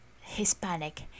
hispanic